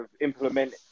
implement